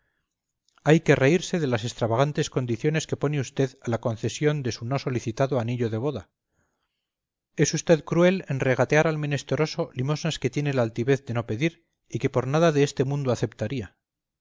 hay que reírse de las extravagantes condiciones que pone usted a la concesión de su no solicitado anillo de boda es usted cruel en regatear al menesteroso limosnas que tiene la altivez de no pedir y que por nada de este mundo aceptaría